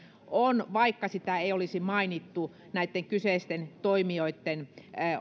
on vaikka sitä ei olisi mainittu näitten kyseisten toimijoitten